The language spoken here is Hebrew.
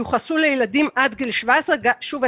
יוחסו לילדים עד גיל 17. שוב,